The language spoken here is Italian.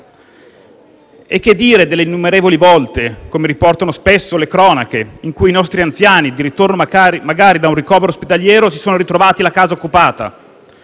E che dire delle innumerevoli volte, come riportano spesso le cronache, in cui i nostri anziani, di ritorno magari da un ricovero ospedaliero, si sono ritrovati la casa occupata?